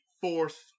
fourth